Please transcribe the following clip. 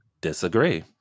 Disagree